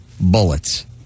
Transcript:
bullets